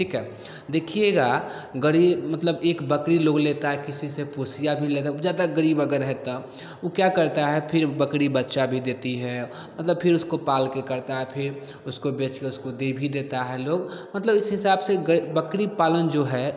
ठीक है देखिएगा गरीब मतलब एक बकरी लोग लेता है किसी से पोसीया भी लेगा ज़्यादा गरीब है अगर तो ऊ क्या करता है फिर बकरी बच्चा भी देती है मतलब फिर उसको पाल के करता है फिर उसको बेच के उसको दे भी देता है लोग मतलब उस हिसाब से बकरी पालन जो है